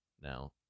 now